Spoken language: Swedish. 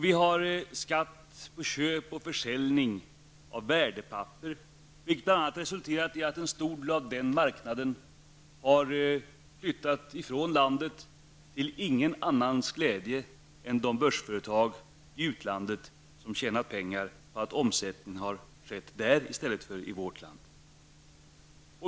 Vi har skatt på köp och försäljning av värdepapper, vilket bl.a. resulterat i att en stor del av den marknaden har flyttat från landet, till ingen annans glädje än de börsföretag i utlandet som tjänar pengar på att omsättningen har skett där i stället för i vårt land.